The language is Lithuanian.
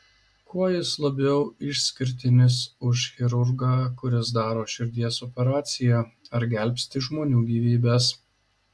kuo jis labiau išskirtinis už chirurgą kuris daro širdies operaciją ar gelbsti žmonių gyvybes